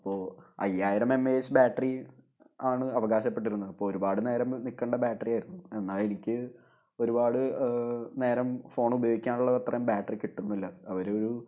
അപ്പോൾ അയ്യായിരം M I H battery ആണ് അവകാശപ്പെട്ടിരുന്നത് അപ്പോൾ ഒരുപാട് നേരം നിൽക്കേണ്ട ബാറ്ററി ആയിരുന്നു എന്നാൽ എനിക്ക് ഒരുപാട് നേരം ഫോണ് ഉപയോഗിക്കാനുള്ള അത്രയും ബാറ്ററി കിട്ടുന്നില്ല അവർ ഒരു